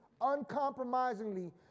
uncompromisingly